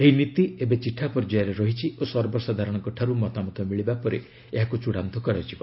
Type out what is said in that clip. ଏହି ନୀତି ଏବେ ଚିଠା ପର୍ଯ୍ୟାୟରେ ରହିଛି ଓ ସର୍ବସାଧାରଣଙ୍କଠାରୁ ମତାମତ ମିଳିବା ପରେ ଏହାକୁ ଚଡ଼ାନ୍ତ କରାଯିବ